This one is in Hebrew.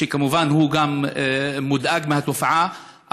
שכמובן גם הוא מודאג מהתופעה,